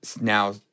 now